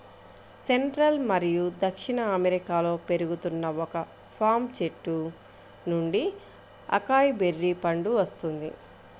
central మరియు దక్షిణ అమెరికాలో పెరుగుతున్న ఒక పామ్ చెట్టు నుండి అకాయ్ బెర్రీ పండు వస్తుంది